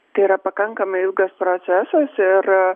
tai yra pakankamai ilgas procesas ir